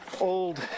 old